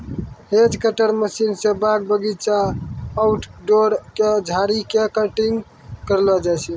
hedge cutter machine स बाग बगीचा, आउटडोर के झाड़ी के कटिंग करलो जाय छै